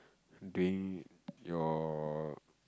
doing your